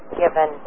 given